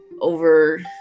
over